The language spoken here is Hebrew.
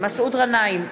מסעוד גנאים,